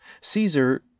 Caesar